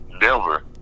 Denver